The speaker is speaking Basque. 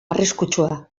arriskutsua